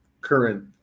current